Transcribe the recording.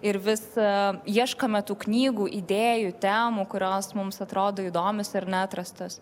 ir vis ieškome tų knygų idėjų temų kurios mums atrodo įdomios ir neatrastos